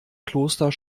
kloster